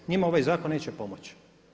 Njima ovaj zakon neće pomoći.